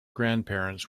grandparents